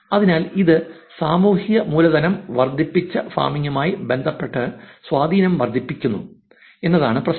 അതിനാൽ ഇത് സാമൂഹിക മൂലധനവും വർദ്ധിച്ച ഫാമിംഗുമായി ബന്ധപ്പെട്ട സ്വാധീനവും വർദ്ധിപ്പിക്കുന്നു എന്നതാണ് പ്രശ്നം